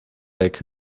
weg